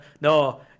No